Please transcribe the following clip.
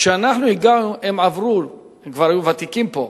כשאנחנו הגענו הם כבר היו ותיקים פה,